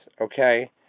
okay